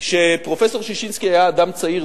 כשפרופסור ששינסקי היה אדם צעיר,